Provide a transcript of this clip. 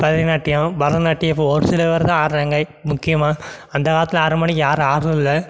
பரதநாட்டியம் பரதநாட்டியம் இப்போ ஒரு சில பேர் தான் ஆடுகிறாங்க முக்கியமாக அந்தக் காலத்தில் ஆடுகிற மாரிக்கி யாரும் ஆடுறதில்லை